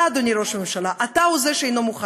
אתה, אדוני ראש הממשלה, אתה הוא זה שאינו מוכן.